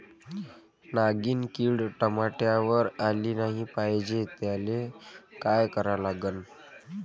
नागिन किड टमाट्यावर आली नाही पाहिजे त्याले काय करा लागन?